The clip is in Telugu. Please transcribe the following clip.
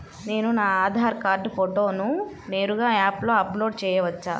నేను నా ఆధార్ కార్డ్ ఫోటోను నేరుగా యాప్లో అప్లోడ్ చేయవచ్చా?